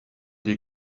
die